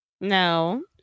No